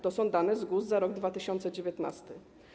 To są dane z GUS za rok 2019.